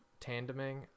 tandeming